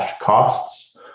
costs